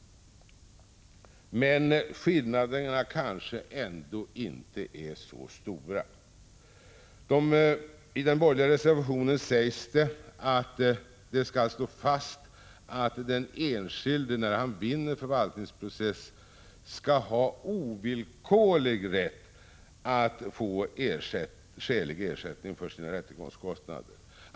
Men skillnaderna kanske ändå inte är så stora. I den borgerliga reservationen sägs det att det skall slås fast att den enskilde, när han vinner en förvaltningsprocess, skall ha ovillkorlig rätt att få skälig ersättning för sina rättegångskostnader.